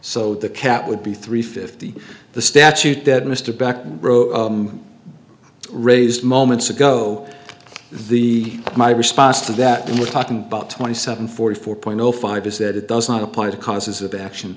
so the cap would be three fifty the statute that mr breckon raised moments ago the my response to that and we're talking about twenty seven forty four point zero five is that it does not apply to causes of action